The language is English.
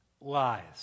lies